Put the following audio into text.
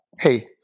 hey